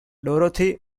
dorothy